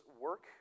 work